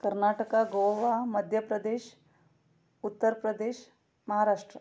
Karnataka Goa Madhya Pradesh Uttar Pradesh Maharashtra